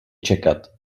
čekat